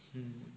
mm